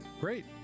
Great